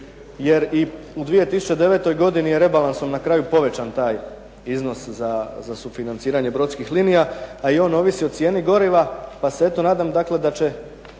jer i u 2009. godini je rebalansom na kraju povećan taj iznos za sufinanciranje brodskih linija a i on ovisi o cijeni goriva pa se eto nadam dakle